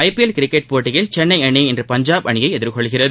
IPL cricket போட்டியில் சென்னை அணி இன்று பஞ்சாப் அணியை எதிர் கொள்கிறது